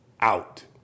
out